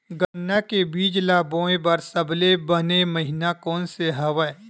गन्ना के बीज ल बोय बर सबले बने महिना कोन से हवय?